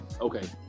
okay